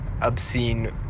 obscene